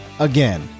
again